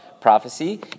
prophecy